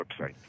website